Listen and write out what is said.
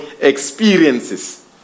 Experiences